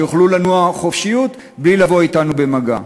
שיוכלו לנוע בחופשיות בלי לבוא אתנו במגע.